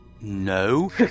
No